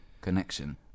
connection